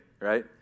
right